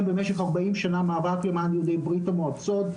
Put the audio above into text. במשך 40 שנה מאבק למען יהודי ברית המועצות,